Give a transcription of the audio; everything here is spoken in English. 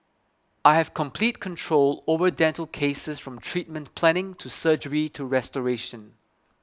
I have complete control over dental cases from treatment planning to surgery to restoration